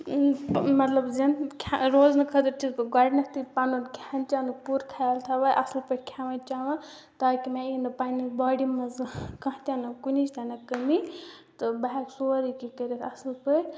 مطلب زَن روزنہٕ خٲطرٕ چھَس بہٕ گۄڈنٮ۪تھٕے پَنُن کھٮ۪ن چٮ۪نُک پوٗرٕ خیال تھاوان اَصٕل پٲٹھۍ کھٮ۪وان چٮ۪وان تاکہِ مےٚ یی نہٕ پنٛنہِ باڈی منٛز زانٛہہ کانٛہہ تہِ نہٕ کُنِچ تہِ نہٕ کٔمی تہٕ بہٕ ہٮ۪کہٕ سورُے کینٛہہ کٔرِتھ اَصٕل پٲٹھۍ